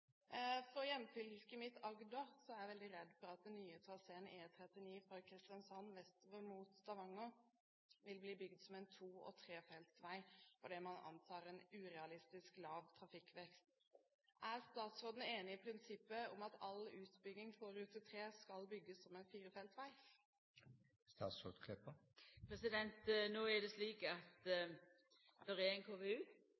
er jeg veldig redd for at den nye traseen E39 fra Kristiansand vestover mot Stavanger vil bli bygd som en to- og trefeltsvei fordi man antar en urealistisk lav trafikkvekst. Er statsråden enig i prinsippet om at all utbygging på rute 3 skal bygges som en firefelts vei? Det er slik at det